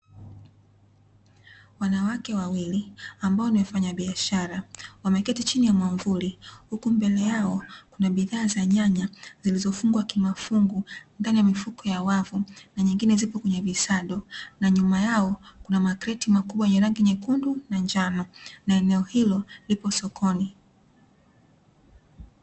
Wanawake wawili ambao ni wafanyabiashara, wameketi chini ya mwamvuli. Huku mbele yao kuna bidhaa za nyanya zilizofungwa kimafungu ndani ya mifuko ya wavu, na nyingine zipo kwenye visado. Na nyuma yao kuna makreti makubwa yenye rangi nyekundu na njano, na eneo hilo lipo sokoni.